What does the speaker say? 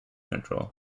control